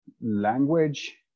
language